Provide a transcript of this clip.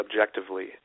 objectively